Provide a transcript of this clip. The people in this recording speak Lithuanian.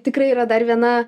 tikrai yra dar viena